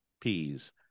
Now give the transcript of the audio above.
peas